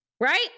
right